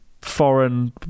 foreign